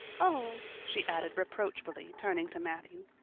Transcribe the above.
oh, she added reproachfully, turning to matthew,